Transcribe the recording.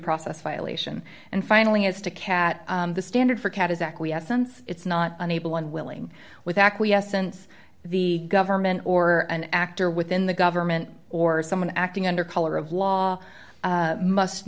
process violation and finally as to cat the standard for cat is acquiescence it's not unable or unwilling with acquiescence the government or an actor within the government or someone acting under color of law must